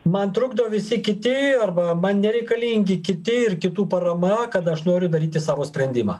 man trukdo visi kiti arba man nereikalingi kiti ir kitų parama kad aš noriu daryti savo sprendimą